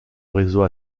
réseau